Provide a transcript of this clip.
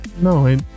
No